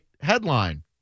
headline